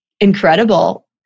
incredible